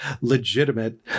legitimate